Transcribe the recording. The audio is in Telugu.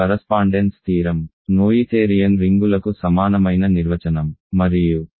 కరస్పాండెన్స్ థీరం నోయిథేరియన్ రింగులకు సమానమైన నిర్వచనం మరియు మొదలైన ఎక్సర్సైజెస్ ఉన్నాయి